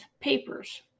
papers